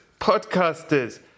podcasters